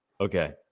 Okay